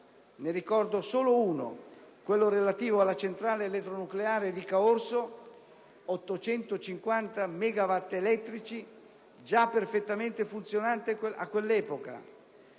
(ne ricordo solo uno, quello relativo alla centrale elettronucleare di Caorso, 850 megawatt elettrici, già perfettamente funzionante all'epoca);